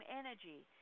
energy